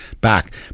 back